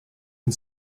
and